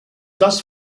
does